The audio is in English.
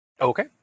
Okay